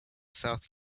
south